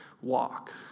walk